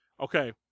Okay